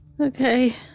Okay